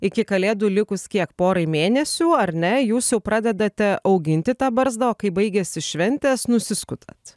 iki kalėdų likus kiek porai mėnesių ar ne jūs jau pradedate auginti tą barzdą o kai baigiasi šventės nusiskutat